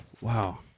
Wow